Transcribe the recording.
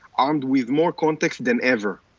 armed with more contexts than ever,